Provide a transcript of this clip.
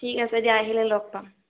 ঠিক আছে দিয়া আহিলে লগ পাম